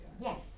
Yes